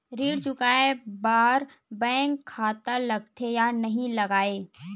ऋण चुकाए बार बैंक खाता लगथे या नहीं लगाए?